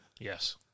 Yes